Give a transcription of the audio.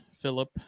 Philip